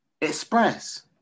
express